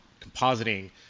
compositing